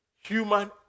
human